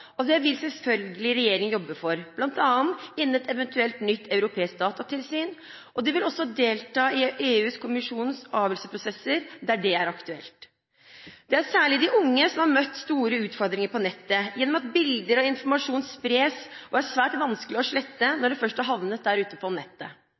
og det vil selvsagt regjeringen jobbe for, bl.a. innen et eventuelt nytt europeisk datatilsyn. Den vil også delta i EU-kommisjonens avgjørelsesprosesser, der det er aktuelt. Det er særlig de unge som har møtt en stor utfordring på nettet, gjennom at bilder og informasjon spres og er svært vanskelig å slette